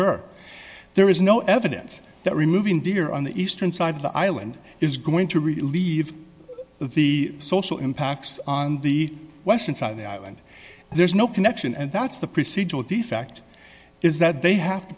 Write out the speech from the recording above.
ur there is no evidence that removing deer on the eastern side of the island is going to relieve the social impacts on the western side of the island there's no connection and that's the procedure with the fact is that they have to